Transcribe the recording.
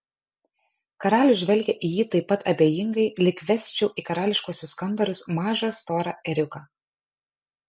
karalius žvelgia į jį taip pat abejingai lyg vesčiau į karališkuosius kambarius mažą storą ėriuką